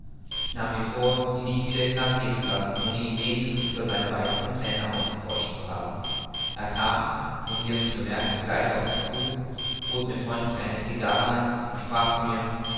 ich nahm mir vor ihn nicht wieder hinabgehen zu lassen ohne ihn wenigstens über seine weiteren pläne ausgeforscht zu haben er kam sowie er mich bemerkte gleich auf mich zu bot mir freundlich eine cigarre an und sprach zu mir